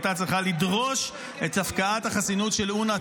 הייתה צריכה לדרוש את הפקעת החסינות של אונר"א,